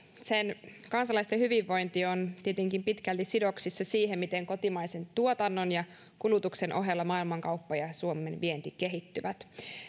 sen kansalaisten hyvinvointi on tietenkin pitkälti sidoksissa siihen miten kotimaisen tuotannon ja kulutuksen ohella maailmankauppa ja ja suomen vienti kehittyvät